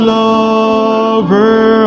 lover